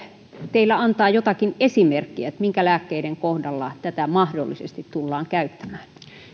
teillä antaa jotakin esimerkkiä minkä lääkkeiden kohdalla tätä mahdollisesti tullaan käyttämään